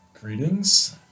Greetings